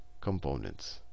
components